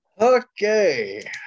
Okay